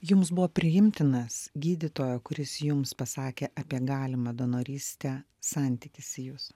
jums buvo priimtinas gydytojo kuris jums pasakė apie galimą donorystę santykis į jus